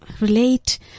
relate